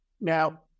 Now